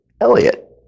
Elliot